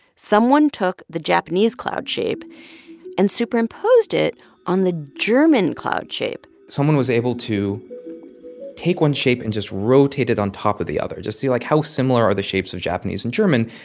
someone took the japanese cloud shape and superimposed it on the german cloud shape someone was able to take one shape and just rotate it on top of the other just see, like, how similar are the shapes of japanese and german?